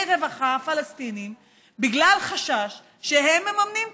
רווחה פלסטיניים בגלל חשש שהם מממנים טרור.